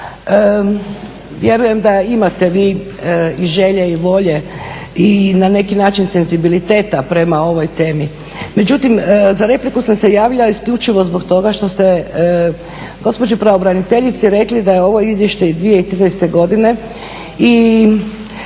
vjerujem da imate vi i želje i volje i na neki način senzibiliteta prema ovoj temi. Međutim, za repliku sam se javila isključivo zbog toga što ste gospođi pravobraniteljici rekli da je ovo izvješće iz 2013. godine